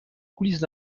coulisses